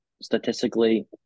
statistically